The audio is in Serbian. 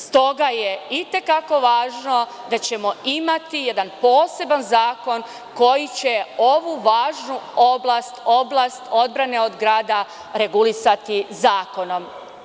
S toga je i te kako važno da ćemo imati jedan poseban zakon koji će ovu važnu oblast, oblast odbrane od grada regulisati zakonom.